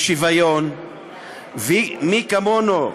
ושוויון, ומי כמונו,